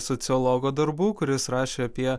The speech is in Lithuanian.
sociologo darbų kuris rašė apie